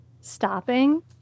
stopping